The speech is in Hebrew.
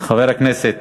חבר הכנסת